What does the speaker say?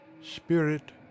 Spirit